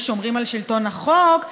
ושומרים על שלטון החוק,